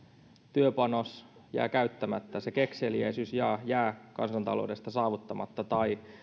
työpanos jää käyttämättä se kekseliäisyys jää kansantaloudesta saavuttamatta tai